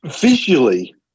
visually